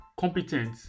Competent